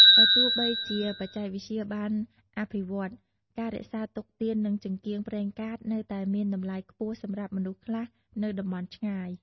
បើទោះបីជាបច្ចេកវិទ្យាបានអភិវឌ្ឍន៍ ការរក្សាទុកទៀននិងចង្កៀងប្រេងកាតនៅតែមានតម្លៃខ្លាំងសម្រាប់មនុស្សខ្លះនៅតំបន់ឆ្ងាយ។